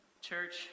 Church